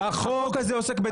החוק הזה עוסק בדרעי?